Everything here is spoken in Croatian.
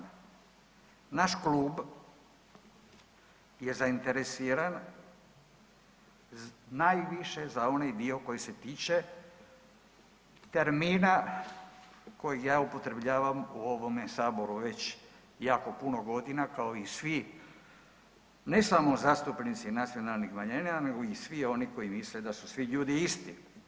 Naš klub je zainteresiran najviše za onaj dio koji se tiče termina kojega ja upotrebljavam u ovome Saboru već jako puno godina kao i svi ne samo zastupnici nacionalnih manjina nego i svi oni koji misle da su svi ljudi isti.